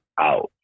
out